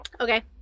Okay